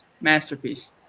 Masterpiece